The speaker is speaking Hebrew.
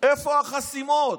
אני כבר שואל את עצמי איפה החסימות.